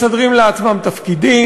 מסדרים לעצמם תפקידים,